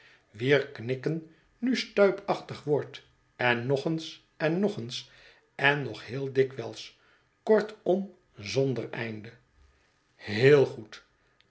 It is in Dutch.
wier knikken nu stuipachtig wordt en nog eens en nog eens en nog heel dikwijls kortom zonder einde heel goed